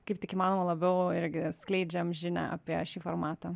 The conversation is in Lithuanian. kaip tik įmanoma labiau irgi skleidžiam žinią apie šį formatą